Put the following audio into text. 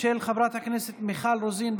של חברת הכנסת מיכל רוזין,